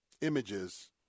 images